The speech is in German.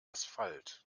asphalt